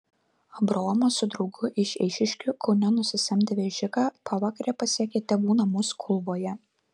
abraomas su draugu iš eišiškių kaune nusisamdę vežiką pavakare pasiekė tėvų namus kulvoje